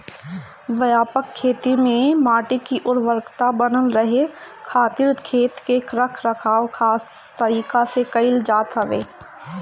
व्यापक खेती में माटी के उर्वरकता बनल रहे खातिर खेत के रख रखाव खास तरीका से कईल जात हवे